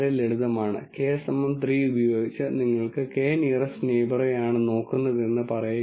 ഒരു ലളിതമായ ഉദാഹരണം ഇത് ഒരു ലീനിയർ ഫംഗ്ഷണൽ ഫോമാണെങ്കിൽ ഞാൻ y a₀ x b0 എന്ന് പറയാം